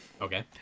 Okay